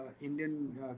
indian